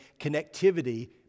connectivity